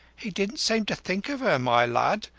he didn't seem to think of her, my lud.